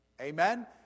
Amen